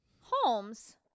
Holmes